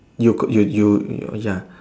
you could you you you ya